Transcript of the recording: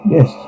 Yes